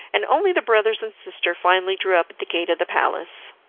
and only the brothers and sister finally drew up at the gate of the palace.